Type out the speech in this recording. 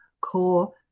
core